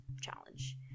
challenge